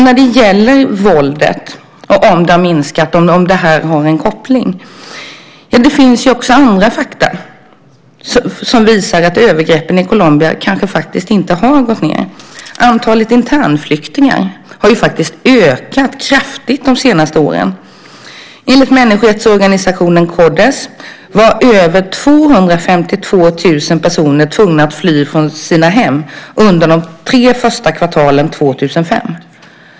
När det gäller våldet, om det har minskat och om det har en koppling finns det andra fakta som visar att övergreppen i Colombia kanske inte har minskat. Antalet internflyktingar har faktiskt ökat kraftigt de senaste åren. Enligt människorättsorganisationen Codhes var över 252 000 personer tvungna att fly från sina hem under de tre första kvartalen 2005.